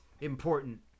important